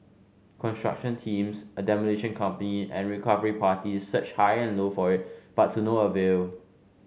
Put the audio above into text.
construction teams a demolition company and recovery parties searched high and low for it but to no avail